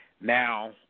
Now